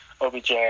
OBJ